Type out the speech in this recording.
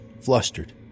flustered